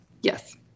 Yes